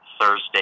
Thursday